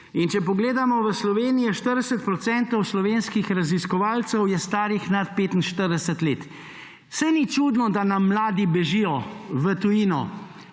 Če pogledamo, v Sloveniji je 40 procentov slovenskih raziskovalcev starih nad 45 let. Saj ni čudno, da nam mladi bežijo v tujino!